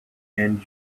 end